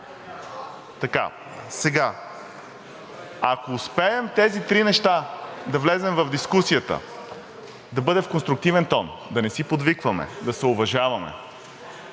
Ако успеем с тези три неща да влезем в дискусията, да бъдем в конструктивен тон, да не си подвикваме, да се уважаваме